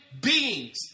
beings